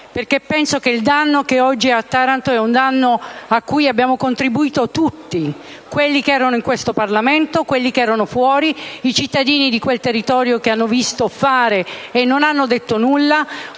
di quest'Aula. Al danno che oggi ha Taranto abbiamo contribuito tutti: quelli che erano in questo Parlamento, quelli che erano fuori, i cittadini di quel territorio che hanno visto fare e non hanno detto nulla,